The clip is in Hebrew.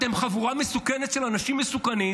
אתם חבורה מסוכנת של אנשים מסוכנים.